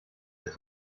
ist